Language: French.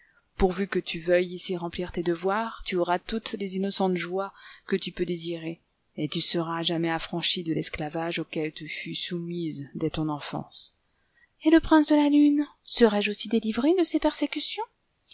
pourvu que tu veuilles ici remplir tes devoirs tu auras toutes les innocentes joies que tu peux désirer et tu seras à jamais affranchie de l'esclavage auquel tu fus soumise dès ton enfance et le prince de la lune serai-je aussi délivrée de ses persécutions